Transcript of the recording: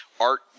art